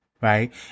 Right